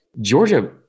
Georgia